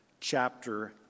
chapter